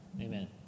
Amen